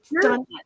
done